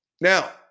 Now